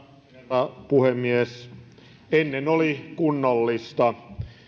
arvoisa herra puhemies ennen oli kunnollista